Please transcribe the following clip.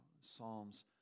psalms